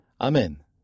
Amen